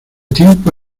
tiempo